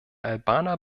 albaner